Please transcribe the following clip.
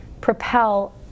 propel